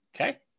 Okay